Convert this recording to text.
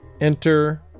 enter